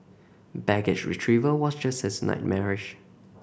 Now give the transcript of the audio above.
baggage retrieval was just as nightmarish